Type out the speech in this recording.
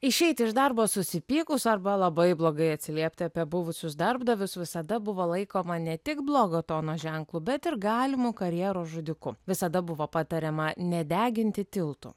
išeiti iš darbo susipykus arba labai blogai atsiliepti apie buvusius darbdavius visada buvo laikoma ne tik blogo tono ženklu bet ir galimu karjeros žudiku visada buvo patariama nedeginti tiltų